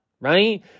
right